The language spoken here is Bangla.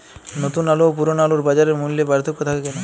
নতুন আলু ও পুরনো আলুর বাজার মূল্যে পার্থক্য থাকে কেন?